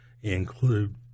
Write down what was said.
include